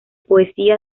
poesía